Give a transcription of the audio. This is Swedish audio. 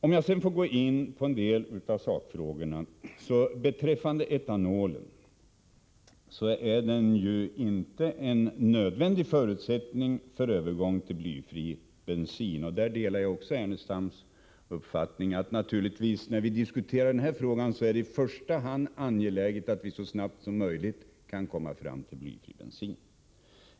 Sedan skall jag gå in på en del av sakfrågorna. Etanolen är inte en nödvändig förutsättning för en övergång till blyfri bensin. Även på den punkten delar jag Lars Ernestams uppfattning. Naturligtvis är det, när vi diskuterar den här frågan, i första hand angeläget att framhålla att vi så snabbt som möjligt skall försöka komma fram till användning av blyfri bensin.